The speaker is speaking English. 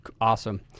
Awesome